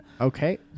Okay